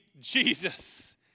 Jesus